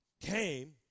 came